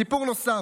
סיפור נוסף.